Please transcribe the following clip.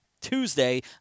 Tuesday